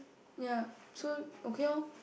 ya so okay lor